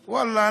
ואללה,